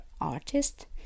artist